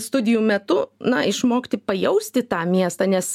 studijų metu na išmokti pajausti tą miestą nes